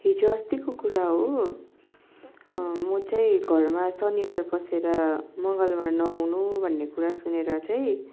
हिजोअस्तिको कुरा हो म चाहिँ घरमा शनिबार बसेर मङ्गलबार नआउनु भन्ने कुरा सुनेर चाहिँ